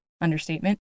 understatement